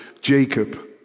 Jacob